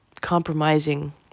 compromising